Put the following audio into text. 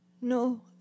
No